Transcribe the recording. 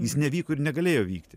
jis nevyko ir negalėjo vykti